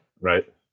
right